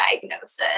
diagnosis